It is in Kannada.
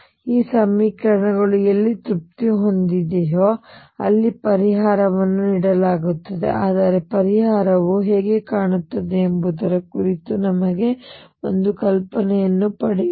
ಈ ಸಮೀಕರಣಗಳು ಎಲ್ಲಿ ತೃಪ್ತಿ ಹೊಂದಿದೆಯೋ ಅಲ್ಲಿ ಪರಿಹಾರವನ್ನು ನೀಡಲಾಗುತ್ತದೆ ಆದರೆ ಪರಿಹಾರವು ಹೇಗೆ ಕಾಣುತ್ತದೆ ಎಂಬುದರ ಕುರಿತು ನಮಗೆ ಒಂದು ಕಲ್ಪನೆಯನ್ನು ಪಡೆಯೋಣ